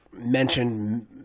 mentioned